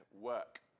work